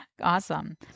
Awesome